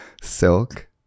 Silk